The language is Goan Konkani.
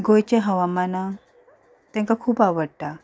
गोंयच्या हवामाना तेंकां खूब आवडटा